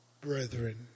brethren